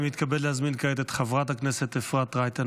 אני מתכבד להזמין כעת את חברת הכנסת אפרת רייטן